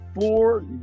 four